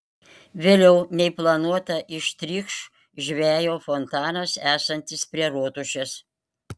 vėliau nei planuota ištrykš žvejo fontanas esantis prie rotušės